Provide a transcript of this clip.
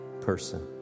person